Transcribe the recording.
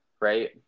Right